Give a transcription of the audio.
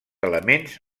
elements